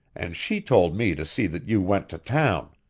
and she told me to see that you went to town.